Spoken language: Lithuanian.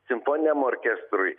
simfoniniam orkestrui